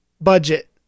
budget